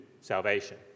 salvation